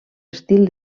estil